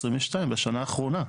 בשנה האחרונה.